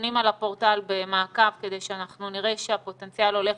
נתונים על הפורטל במעקב כדי שאנחנו נראה שהפוטנציאל הולך